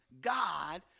God